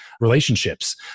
relationships